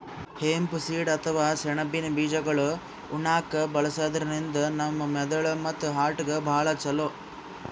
hemp seed ಅಥವಾ ಸೆಣಬಿನ್ ಬೀಜಾಗೋಳ್ ಉಣ್ಣಾಕ್ಕ್ ಬಳಸದ್ರಿನ್ದ ನಮ್ ಮೆದಳ್ ಮತ್ತ್ ಹಾರ್ಟ್ಗಾ ಭಾಳ್ ಛಲೋ